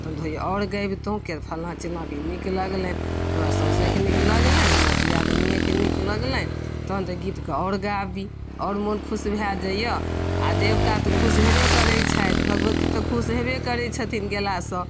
तहन तऽ होइए आओर गाबितहुँ किएक तऽ फल्लाँ चिल्लाँके ई नीक लगलनि हमरा साउसेके नीक लगलनि हमरा दियादनियेके नीक लगलनि तहन तऽ गीतके आओर गाबी तऽ आओर मोन खुश भए जाइए आओर देवता तऽ खुश हेबे करै छथि भगवती तऽ खुश हेबे करै छथिन गेलासँ